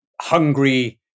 hungry